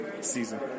season